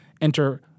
enter